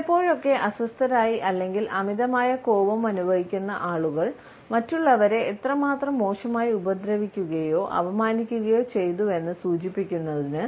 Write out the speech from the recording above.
ചിലപ്പോഴൊക്കെ അസ്വസ്ഥരായി അല്ലെങ്കിൽ അമിതമായ കോപം അനുഭവിക്കുന്ന ആളുകൾ മറ്റുള്ളവരെ എത്രമാത്രം മോശമായി ഉപദ്രവിക്കുകയോ അപമാനിക്കുകയോ ചെയ്തുവെന്ന് സൂചിപ്പിക്കുന്നതിന്